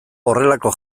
horrelako